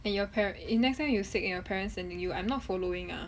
and your parent eh next time you sick and your parents sending you I'm not following ah